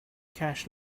cash